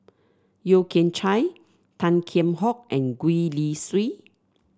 Yeo Kian Chye Tan Kheam Hock and Gwee Li Sui